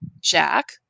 Jack